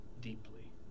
deeply